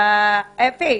אפי,